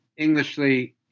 Englishly